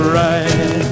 right